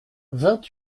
vingt